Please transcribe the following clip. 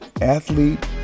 athlete